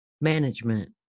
management